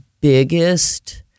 biggest